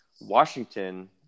Washington